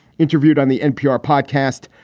interviewed on the npr podcast.